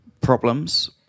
problems